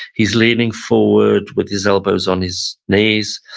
he's leaning forward with his elbows on his knees.